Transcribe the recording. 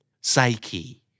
Psyche